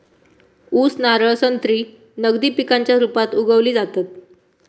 ऊस, नारळ, संत्री नगदी पिकांच्या रुपात उगवली जातत